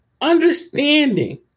Understanding